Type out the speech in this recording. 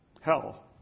hell